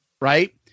right